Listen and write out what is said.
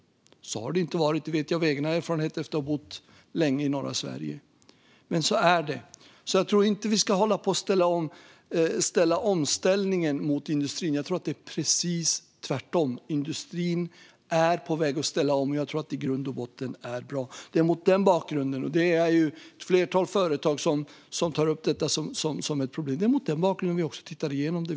Så har det inte alltid varit - det vet jag av egen erfarenhet efter att ha bott länge i norra Sverige - men så är det. Jag tror inte att vi ska hålla på och ställa omställning mot industrin. Jag tror att det är precis tvärtom: Industrin är på väg att ställa om, och jag tror att det i grund och botten är bra. Ett flertal företag tar upp det som ett problem, och det är mot denna bakgrund som vi tittar igenom det.